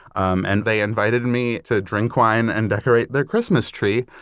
um and they invited me to drink wine and decorate their christmas tree,